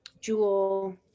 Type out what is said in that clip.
Jewel